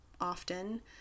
often